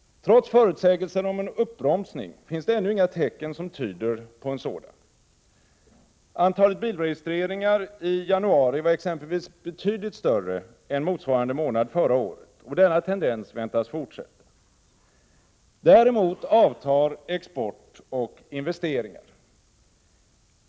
Trots förutsägelser om en uppbromsning finns det ännu inga tecken som tyder på en sådan. Antalet bilregistreringar i januari var exempelvis betydligt större än motsvarande månad förra året, och denna tendens väntas fortsätta. Däremot avtar export och investeringar.